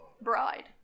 bride